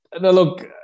Look